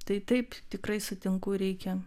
tai taip tikrai sutinku reikia